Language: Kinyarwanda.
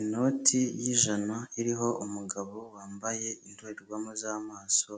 Inoti y'ijana, iriho umugabo wambaye indorerwamo z'amaso,